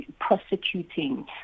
prosecuting